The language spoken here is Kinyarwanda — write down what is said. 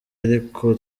ariko